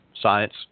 science